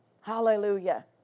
Hallelujah